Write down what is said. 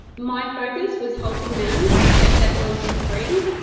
my focus was helping them to get their oils for free,